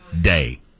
day